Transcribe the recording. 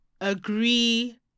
agree